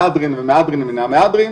מהדרין ומהדרין מן המהדרין.